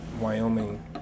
Wyoming